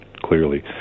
clearly